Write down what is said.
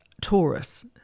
Taurus